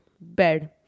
bed